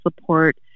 support